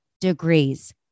degrees